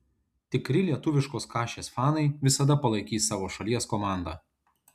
tikri lietuviškos kašės fanai visada palaikys savo šalies komandą